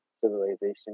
civilization